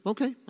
Okay